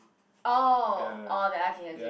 oh oh okay okay